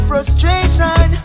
Frustration